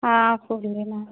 हाँ फूल लेना है